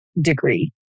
degree